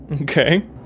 okay